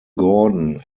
gordon